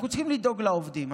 אנחנו צריכים לדאוג לעובדים,